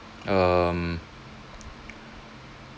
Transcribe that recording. um